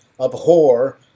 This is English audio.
Abhor